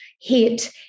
hit